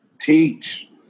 Teach